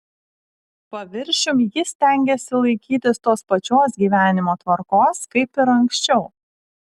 paviršium jis stengėsi laikytis tos pačios gyvenimo tvarkos kaip ir anksčiau